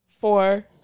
four